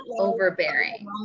overbearing